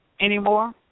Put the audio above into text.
anymore